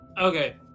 Okay